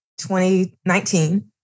2019